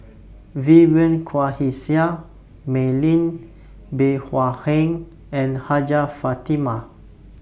Vivien Quahe Seah Mei Lin Bey Hua Heng and Hajjah Fatimah